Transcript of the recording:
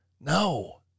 No